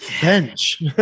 Bench